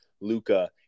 Luca